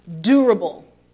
durable